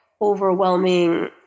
overwhelming